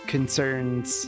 concerns